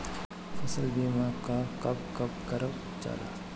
फसल बीमा का कब कब करव जाला?